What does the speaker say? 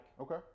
Okay